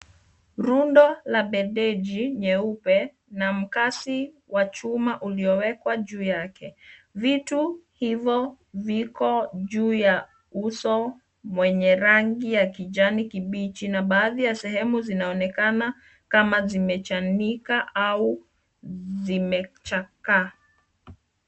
Rundo la bandeji nyeupe na mkazi wa chuma uliowekwa juu yake. Vitu hivo viko juu ya uso mwenye rangi ya kijani kibichi na baadhi ya sehemu sinaonekana kama zimechanika au zimechakaa.